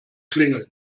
klingeln